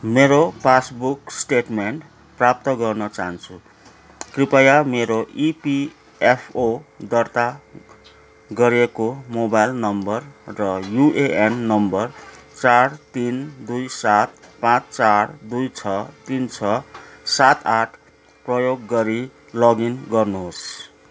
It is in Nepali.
मेरो पासबुक स्टेटमेन्ट प्राप्त गर्न चाहन्छु कृपया मेरो इपिएफओ दर्ता गरेको मोबाइल नम्बर र युएएन नम्बर चार तिन दुई सात पाँच चार दुई छ तिन छ सात आठ प्रयोग गरी लगइन गर्नुहोस्